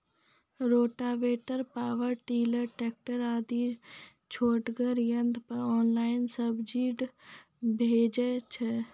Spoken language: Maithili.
रोटावेटर, पावर टिलर, ट्रेकटर आदि छोटगर यंत्र पर ऑनलाइन सब्सिडी भेटैत छै?